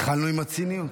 התחלנו עם הציניות?